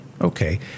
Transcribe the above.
Okay